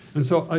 and so,